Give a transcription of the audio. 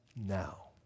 now